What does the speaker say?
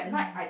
mm